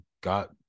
got